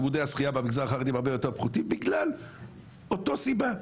לימודי השחייה במגזר החרדי הם הרבה יותר פחותים בגלל אותה סיבה.